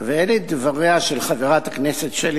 אלה דבריה של חברת הכנסת שלי